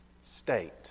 state